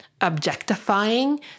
objectifying